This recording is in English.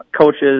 coaches